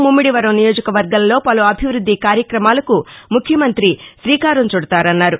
ముమ్మిడివరం నియోజకవర్గంలో పలు అభివ్బద్ది కార్యక్రమాలకు ముఖ్యమంత్రి గ్రీకారం చుడతారన్నారు